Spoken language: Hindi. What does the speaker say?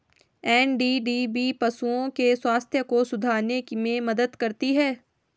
एन.डी.डी.बी पशुओं के स्वास्थ्य को सुधारने में मदद करती है